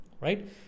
Right